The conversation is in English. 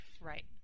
Right